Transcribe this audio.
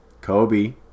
Kobe